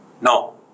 No